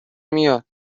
میاد